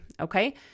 Okay